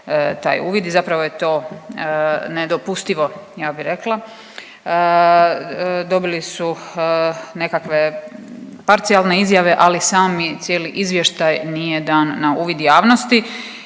taj uvid i zapravo je to nedopustivo, ja bih rekla. Dobili su nekakve parcijalne izjave, ali sami cijeli izvještaj nije dan na uvid javnosti